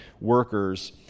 workers